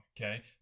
okay